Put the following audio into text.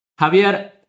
Javier